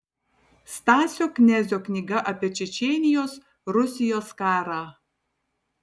stasio knezio knyga apie čečėnijos rusijos karą